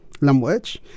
language